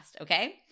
okay